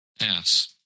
Yes